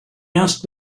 asked